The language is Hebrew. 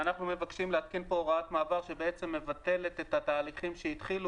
אנחנו מבקשים להתקין פה הוראת מעבר שמבטלת את התהליכים שהתחילו